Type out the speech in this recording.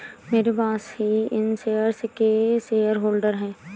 मेरे बॉस ही इन शेयर्स के शेयरहोल्डर हैं